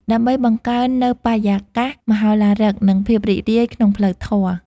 ដើម្បីបង្កើននូវបរិយាកាសមហោឡារិក និងភាពរីករាយក្នុងផ្លូវធម៌។